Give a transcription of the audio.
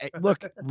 look